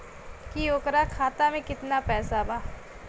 की ओकरा खाता मे कितना पैसा बा?